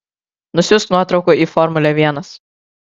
nusiųsk nuotraukų į formulę vienas